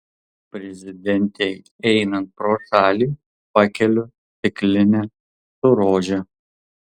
prezidentei einant pro šalį pakeliu stiklinę su rože